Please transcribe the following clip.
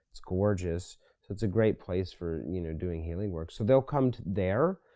it's gorgeous, so it's a great place for you know doing healing work. so they'll come there,